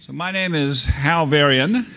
my name is hal varian.